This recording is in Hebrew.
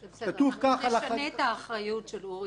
ישנו את האחריות של אורי אריאל,